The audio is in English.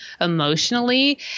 emotionally